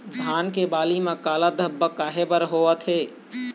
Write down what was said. धान के बाली म काला धब्बा काहे बर होवथे?